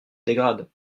dégrade